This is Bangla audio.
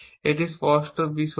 এটি স্পষ্ট B সত্য